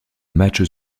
matchs